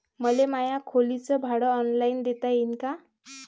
मले माया खोलीच भाड ऑनलाईन देता येईन का?